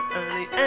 early